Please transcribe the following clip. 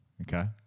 Okay